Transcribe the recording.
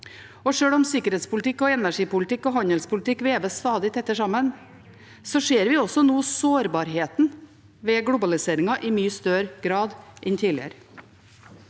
og sjøl om sikkerhetspolitikk, energipolitikk og handelspolitikk veves stadig tettere sammen, ser vi også nå sårbarheten ved globaliseringen i mye større grad enn tidligere.